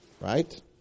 Right